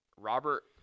Robert